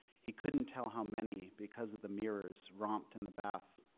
he couldn't tell how many because of the mirrors romped in the bath.